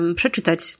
przeczytać